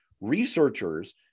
researchers